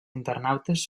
internautes